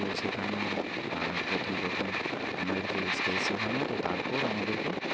তো সেখানে প্রথম প্রথম আমাদেরকে স্কেচ শেখানো হতো তারপর আমাদেরকে